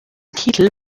titel